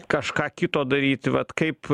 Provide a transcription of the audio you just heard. kažką kito daryti vat kaip